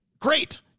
Great